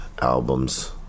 albums